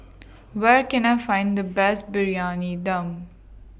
Where Can I Find The Best Briyani Dum